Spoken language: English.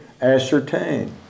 ascertain